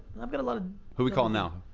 i've got a lot. ah who we calling now?